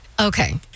Okay